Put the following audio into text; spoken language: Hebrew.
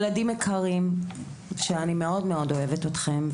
ילדים יקרים שאני מאוד אוהבת אתכם,